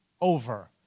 over